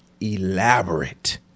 elaborate